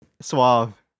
Suave